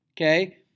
okay